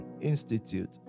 institute